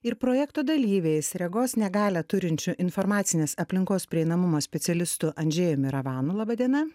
ir projekto dalyviais regos negalią turinčių informacinės aplinkos prieinamumo specialistu andžėjumi ravanu laba diena